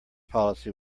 policy